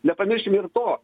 nepamiršim ir to